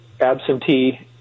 absentee